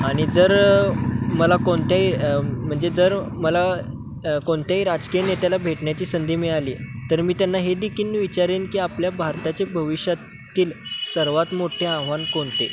आणि जर मला कोणत्याही म्हणजे जर मला कोणत्याही राजकीय नेत्याला भेटण्याची संधी मिळाली तर मी त्यांना हे देखील विचारेन की आपल्या भारताचे भविष्यातील की सर्वात मोठे आव्हान कोणते